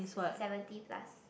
seventy plus